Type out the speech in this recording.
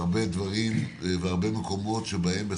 והרבה מקומות שבהם,